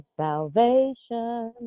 salvation